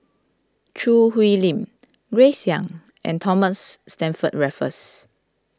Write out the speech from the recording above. Choo Hwee Lim Grace Young and Thomas Stamford Raffles